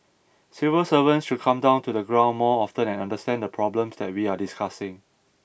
civil servants should come down to the ground more often and understand the problems that we're discussing